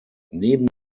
neben